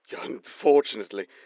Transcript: Unfortunately